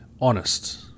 honest